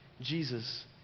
Jesus